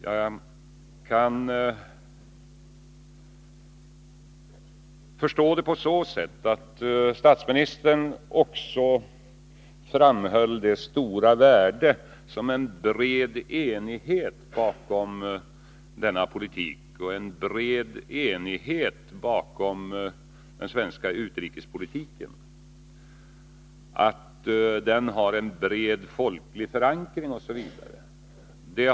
Jag kan emellertid förstå detta på så sätt att statsministern ju också framhöll det stora värdet som en bred enighet bakom denna politik har, liksom han framhöll värdet av att den svenska utrikespolitiken har en bred folklig förankring osv.